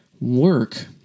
work